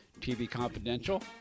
tvconfidential